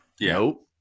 nope